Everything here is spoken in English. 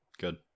good